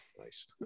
Nice